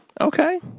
Okay